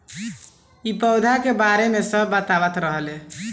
इ पौधा के बारे मे सब बतावत रहले